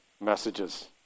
messages